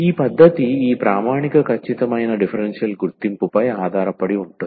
ఈ పద్ధతి ఈ ప్రామాణిక ఖచ్చితమైన డిఫరెన్షియల్ గుర్తింపుపై ఆధారపడి ఉంటుంది